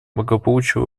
благополучие